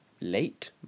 late